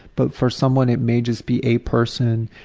but for someone it may just be a person,